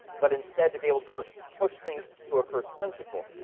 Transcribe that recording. but instead to be able to sort of push things to our first principle.